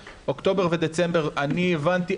אני אוציא אותך.